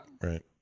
Right